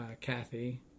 Kathy